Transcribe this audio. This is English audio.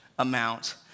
amount